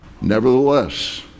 Nevertheless